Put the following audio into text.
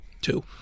Two